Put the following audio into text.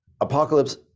apocalypse